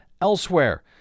elsewhere